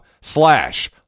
slash